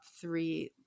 three